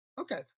Okay